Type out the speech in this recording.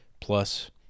plus